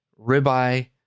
ribeye